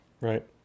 Right